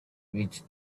with